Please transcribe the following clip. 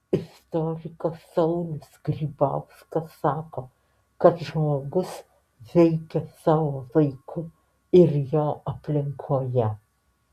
istorikas saulius grybkauskas sako kad žmogus veikia savo laiku ir jo aplinkoje